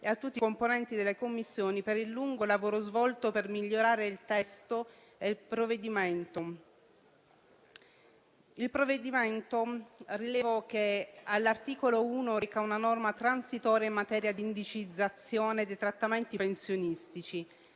e tutti i componenti delle Commissioni per il lungo lavoro svolto per migliorare il testo. Il provvedimento, all'articolo 1, reca una norma transitoria in materia di indicizzazione dei trattamenti pensionistici.